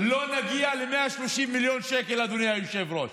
לא נגיע ל-130 מיליון שקל, אדוני היושב-ראש.